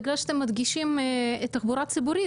בגלל שאתם מדגישים את התחבורה הציבורית,